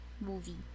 movie